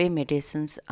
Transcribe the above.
medicines